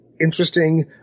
interesting